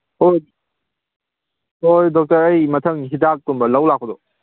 ꯍꯣꯏ ꯗꯣꯛꯇꯔ ꯑꯩ ꯃꯊꯪ ꯍꯤꯗꯥꯛꯀꯨꯝꯕ ꯂꯧ ꯂꯥꯛꯄꯗꯣ